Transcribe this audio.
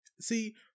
See